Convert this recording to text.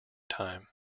time